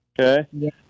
Okay